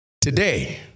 Today